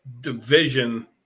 division